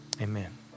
amen